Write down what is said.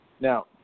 Now